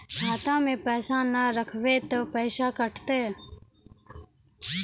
खाता मे पैसा ने रखब ते पैसों कटते?